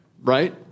right